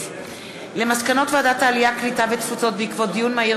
על מסקנות הוועדה המיוחדת לזכויות הילד בעקבות דיון מהיר